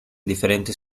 diferentes